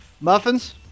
Muffins